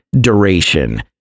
duration